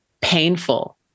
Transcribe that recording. painful